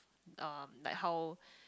um like how